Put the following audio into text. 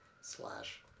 slash